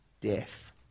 Death